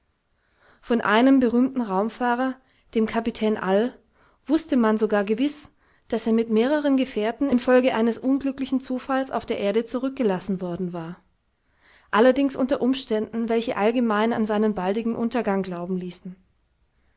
von einem berühmten raumfahrer dem kapitän all wußte man sogar gewiß daß er mit mehreren gefährten infolge eines unglücklichen zufalls auf der erde zurückgelassen worden war allerdings unter umständen welche allgemein an seinen baldigen untergang glauben ließen